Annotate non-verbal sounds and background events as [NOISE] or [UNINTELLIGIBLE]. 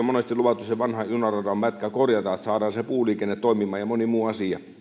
[UNINTELLIGIBLE] monesti luvattu korjata kotikuntaani ilomantsiin vanha junaradan pätkä niin että saadaan puuliikenne ja moni muu asia toimimaan